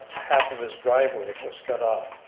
half of his driveway was cut off.